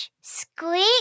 squeak